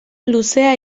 luzea